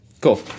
Cool